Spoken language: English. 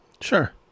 Sure